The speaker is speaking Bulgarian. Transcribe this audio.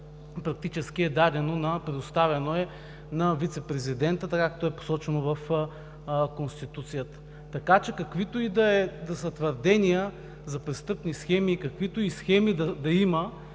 предоставено е на вицепрезидента, както е посочено в Конституцията. Така че, каквито и да са твърденията за престъпни схеми, каквито и схеми да има,